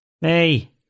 Hey